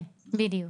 כן, בדיוק.